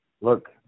Look